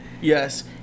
Yes